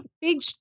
big